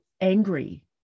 angry